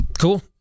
Cool